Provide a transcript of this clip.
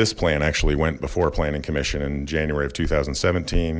this plan actually went before planning commission in january of two thousand and seventeen